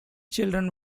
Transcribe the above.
children